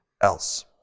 else